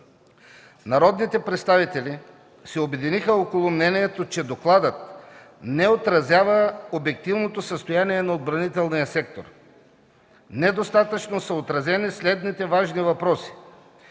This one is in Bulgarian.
Народните представители се обединиха около мнението, че докладът не отразява обективното състояние на отбранителния сектор. Недостатъчно са отразени самите важни въпроси: